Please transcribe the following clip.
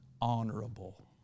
honorable